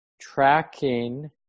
tracking